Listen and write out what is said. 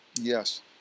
Yes